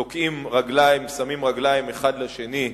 תוקעים רגליים, שמים רגליים אחד לשני,